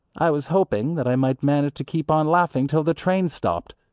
i was hoping that i might manage to keep on laughing till the train stopped.